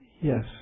Yes